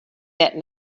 that